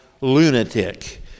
lunatic